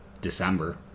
December